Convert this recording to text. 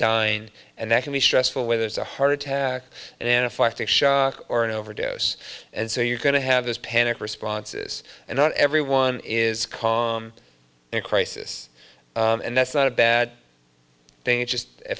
dying and that can be stressful where there's a heart attack and in a fight or an overdose and so you're going to have those panic responses and not everyone is calm in a crisis and that's not a bad thing it's just a